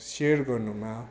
share गर्नुमा